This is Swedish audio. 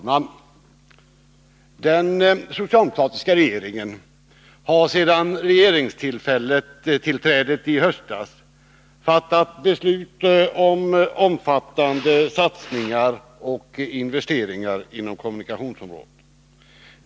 Fru talman! Den socialdemokratiska regeringen har sedan tillträdet i höstas fattat beslut om omfattande satsningar och investeringar inom kommunikationsområdet.